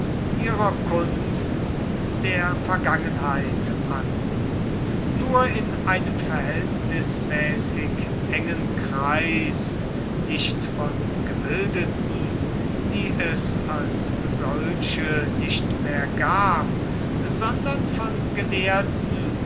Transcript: ihrer kunst der vergangenheit an nur in einem verhältnismäßig engen kreis nicht von gebildeten die es als solche nicht mehr gab sondern von